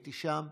הייתי שם,